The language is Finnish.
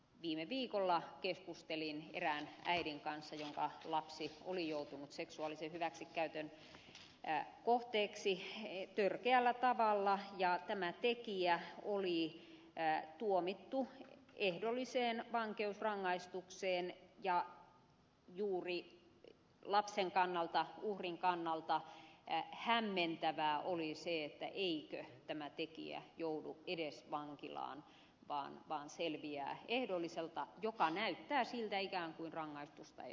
viime viikolla keskustelin erään äidin kanssa jonka lapsi oli joutunut seksuaalisen hyväksikäytön kohteeksi törkeällä tavalla ja tämä tekijä oli tuomittu ehdolliseen vankeusrangaistukseen ja juuri lapsen kannalta uhrin kannalta hämmentävää oli se eikö tämä tekijä joudu edes vankilaan vaan selviää ehdollisella joka näyttää siltä ikään kuin rangaistusta ei olisi tullutkaan